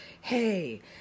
hey